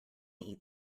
eat